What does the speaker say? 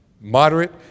moderate